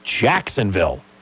Jacksonville